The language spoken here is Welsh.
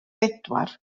bedwar